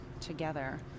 together